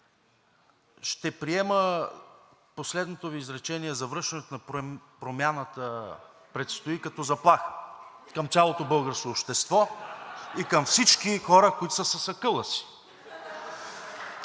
ще приема последното Ви изречение – завръщането на „Промяната“ предстои – като заплаха към цялото българско общество и към всички хора, които са с акъла си.